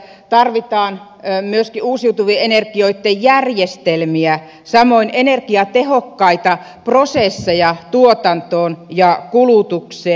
tarvitaan myöskin uusiutuvien energioitten järjestelmiä samoin energiatehokkaita prosesseja tuotantoon ja kulutukseen